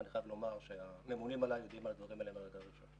ואני חייב לומר שהממונים עליי יודעים על הדברים האלה מהרגע הראשון.